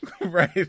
Right